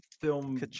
film